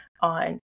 on